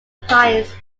pines